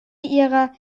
ihrer